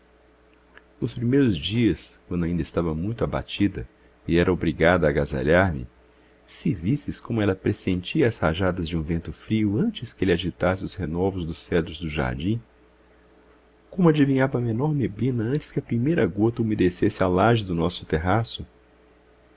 nos primeiros dias quando ainda estava muito abatida e era obrigada a agasalhar me se visses como ela pressentia as rajadas de um vento frio antes que ele agitasse os renovos dos cedros do jardim como adivinhava a menor neblina antes que a primeira gota umedecesse a laje do nosso terraço